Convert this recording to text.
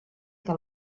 que